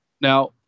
Now